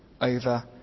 over